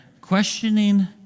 questioning